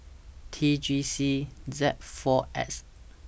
T G C Z four X